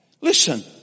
Listen